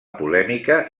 polèmica